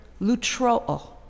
lutroo